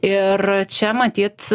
ir čia matyt